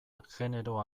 genero